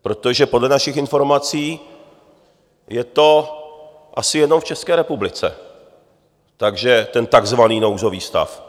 Protože podle našich informací je to asi jenom v České republice, ten takzvaný nouzový stav.